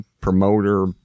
promoter